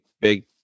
big